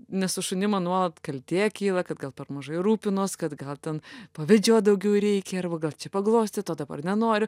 nes su šunim man nuolat kaltė kyla kad gal per mažai rūpinuos kad gal ten pavedžiot daugiau reikia arba gal čia paglostyt o dabar nenoriu